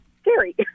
scary